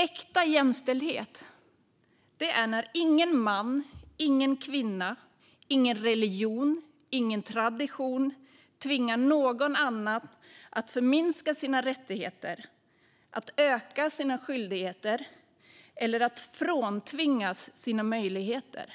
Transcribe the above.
Äkta jämställdhet är när ingen man, ingen kvinna, ingen religion och ingen tradition tvingar någon annan att förminska sina rättigheter eller att öka sina skyldigheter. Ingen ska heller fråntvingas sina möjligheter.